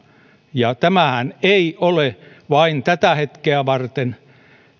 ja tämähän ei ole vain tätä hetkeä varten